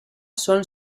son